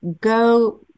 go